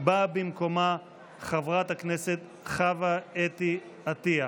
באה במקומה חברת הכנסת חוה אתי עטיה.